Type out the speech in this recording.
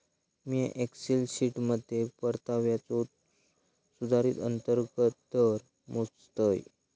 मिया एक्सेल शीटमध्ये परताव्याचो सुधारित अंतर्गत दर मोजतय